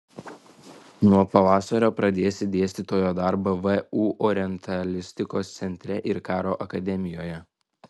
nuo pavasario pradėsi dėstytojo darbą vu orientalistikos centre ir karo akademijoje